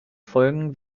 folgen